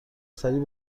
سریع